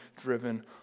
driven